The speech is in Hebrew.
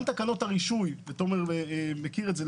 גם תקנות הרישוי, תומר מכיר את זה.